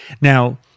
Now